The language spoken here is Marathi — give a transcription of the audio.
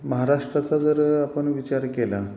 महाराष्ट्राचा जर आपण विचार केला